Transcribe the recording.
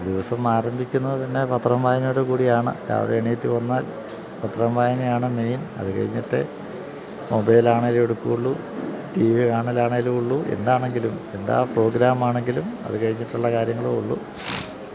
ദിവസം ആരംഭിക്കുന്നത് തന്നെ പത്രം വായനയോടുകൂടിയാണ് രാവിലെ എഴുന്നേറ്റുവന്നാൽ പത്രം വായനയാണ് മെയിൻ അത് കഴിഞ്ഞിട്ടേ മൊബൈലാണെങ്കിലും എടുക്കുകയുള്ളൂ ടി വി കാണലാണെങ്കിലും ഉള്ളൂ എന്താണെങ്കിലും എന്താണ് പ്രോഗ്രാം ആണെങ്കിലും അത് കഴിഞ്ഞിട്ടുള്ള കാര്യങ്ങളേയുള്ളൂ